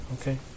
Okay